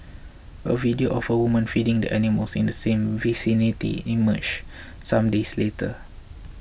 a video of a woman feeding the animals in the same vicinity emerged some days later